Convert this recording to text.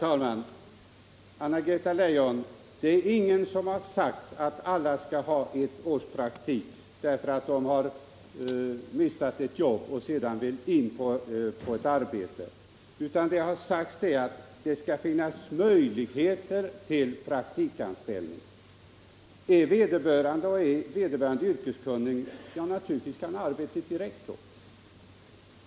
Herr talman! Ingen har sagt, Anna-Greta Leijon, att alla skall ha ett års praktik, därför att de har mistat ett jobb och sedan vill in på arbetsmarknaden. Jag har sagt att det skall finnas möjligheter till praktikanställning. Är vederbörande yrkeskunnig, får han naturligtvis arbetet direkt.